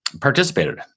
participated